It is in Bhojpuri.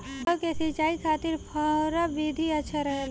जौ के सिंचाई खातिर फव्वारा विधि अच्छा रहेला?